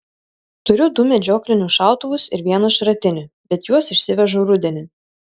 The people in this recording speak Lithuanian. turiu du medžioklinius šautuvus ir vieną šratinį bet juos išsivežu rudenį